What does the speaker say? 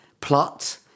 plot